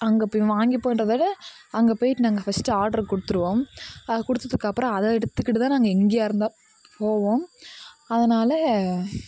அங்கே போய் வாங்கிப்போன்றதோட அங்கே போயிவிட்டு நாங்கள் ஃபர்ஸ்ட்டு ஆர்டரு கொடுத்துருவோம் கொடுத்ததுக்கப்பறம் அதை எடுத்துக்கிட்டு தான் நாங்கள் எங்கேயா இருந்தா போவோம் அதனால்